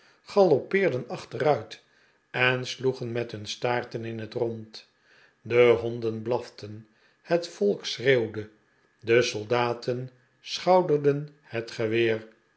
galoppeerden achterait en sloegen met hun staarten in het rond de honden blaften het volk schreeuwde de soldaten schouderden het geweer